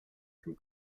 from